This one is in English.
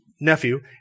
nephew